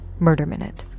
MurderMinute